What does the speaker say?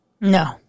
No